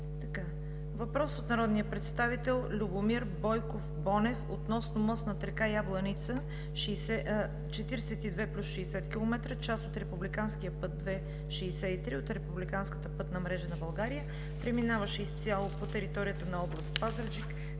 Въпрос от народния представител Любомир Бойков Бонев относно мост над река Ябланица, 42+60 км, част от републиканския път 2.63 от републиканската пътна мрежа на България, преминаващ изцяло по територията на област Перник.